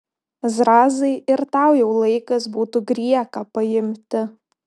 zrazai ir tau jau laikas būtų grieką paimti